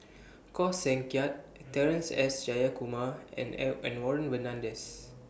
Koh Seng Kiat Terence S Jayakumar and and Warren Fernandez